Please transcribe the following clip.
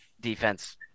defense